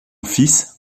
fils